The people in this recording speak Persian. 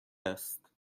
است